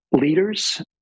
leaders